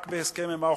רק בהסכם עם האוכלוסייה.